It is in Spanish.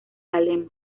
salem